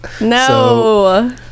No